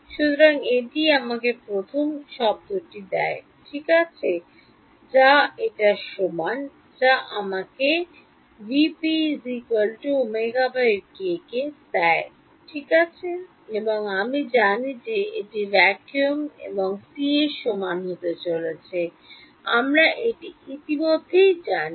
সুতরাং এটি আমাকে প্রথম শব্দটি দেয় ঠিক আছে ডান সমান যা আমাকে কে ঠিক আছে এবং আমি জানি যে এটি ভ্যাকুয়াম এর c এর সমান হতে চলেছে আমরা এটি ইতিমধ্যে জানি